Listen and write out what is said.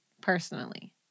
personally